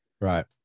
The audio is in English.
Right